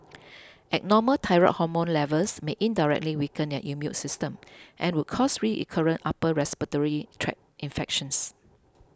abnormal thyroid hormone levels may indirectly weaken your immune system and would cause recurrent upper respiratory tract infections